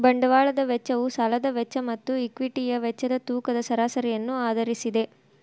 ಬಂಡವಾಳದ ವೆಚ್ಚವು ಸಾಲದ ವೆಚ್ಚ ಮತ್ತು ಈಕ್ವಿಟಿಯ ವೆಚ್ಚದ ತೂಕದ ಸರಾಸರಿಯನ್ನು ಆಧರಿಸಿದೆ